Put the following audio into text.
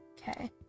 okay